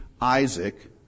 Isaac